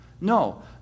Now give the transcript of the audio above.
No